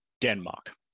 Denmark